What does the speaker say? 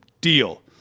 deal